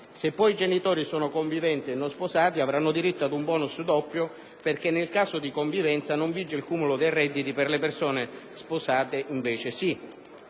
Se i genitori sono conviventi e non sposati, avranno diritto ad un *bonus* doppio perché nel caso di convivenza non vige il cumulo dei redditi, per le persone sposate invece sì;